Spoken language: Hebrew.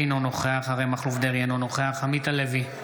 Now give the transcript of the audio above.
אינו נוכח אריה מכלוף דרעי, אינו נוכח עמית הלוי,